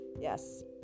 Yes